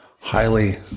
highly